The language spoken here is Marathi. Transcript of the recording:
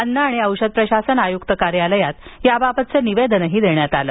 अन्न आणि औषध प्रशासन आयुक्त कार्यालयात याबाबतचे निवेदनही देण्यात आलं